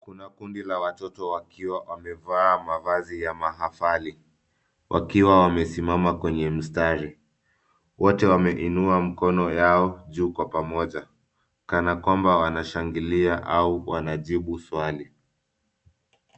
Kuna kundi la watoto wakiwa wamevaa mavazi ya mahafali wakiwa wamesimama kwenye mstari. Wote wameinua mikono yao juu kwa pamoja kana kwamba wanashangilia au wanajibu swali.